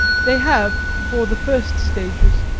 they have, for the first stages,